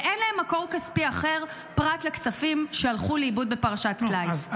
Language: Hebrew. ואין להם מקור כספי אחר פרט לכספים שהלכו לאיבוד בפרשת סלייס?